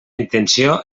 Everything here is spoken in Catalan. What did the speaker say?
intenció